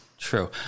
True